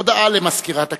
הודעה למזכירת הכנסת.